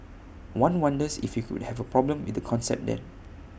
one wonders if he would have A problem with the concept then